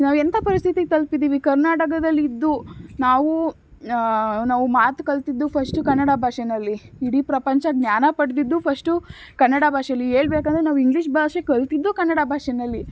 ನಾವು ಎಂಥ ಪರಿಸ್ಥಿತಿಗೆ ತಲುಪಿದ್ದೀವಿ ಕರ್ನಾಟಕದಲ್ಲಿ ಇದ್ದು ನಾವು ನಾವು ಮಾತು ಕಲಿತಿದ್ದು ಫಸ್ಟು ಕನ್ನಡ ಭಾಷೆಯಲ್ಲಿ ಇಡಿ ಪ್ರಪಂಚ ಜ್ಞಾನ ಪಡೆದಿದ್ದು ಫಶ್ಟು ಕನ್ನಡ ಭಾಷೆಲಿ ಹೇಳ್ಬೇಕಂದ್ರೆ ನಾವು ಇಂಗ್ಲೀಷ್ ಭಾಷೆ ಕಲಿತಿದ್ದು ಕನ್ನಡ ಭಾಷೆಯಲ್ಲಿ